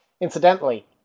Incidentally